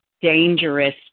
dangerous